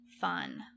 fun